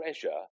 treasure